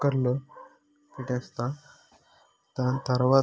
కుక్కర్లో పెట్టేస్తా దాని తరువాత